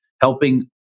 helping